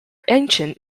ancient